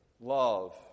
love